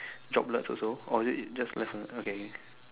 droplets also or is it just left only okay